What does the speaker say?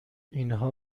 اینها